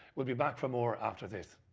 will be back for more after this.